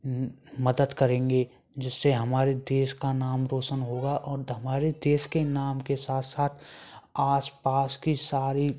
मदद करेंगे जिससे हमारे देश का नाम रोशन होगा और हमारे देश के नाम के साथ साथ आसपास की सारी